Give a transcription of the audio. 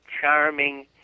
charming